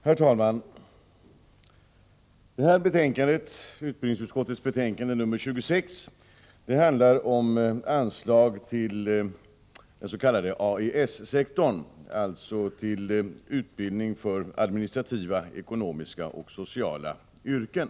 Herr talman! Det här betänkandet, UbU 26, handlar om anslag till den s.k. AES-sektorn, dvs. utbildningen för administrativa, ekonomiska och sociala yrken.